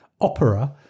opera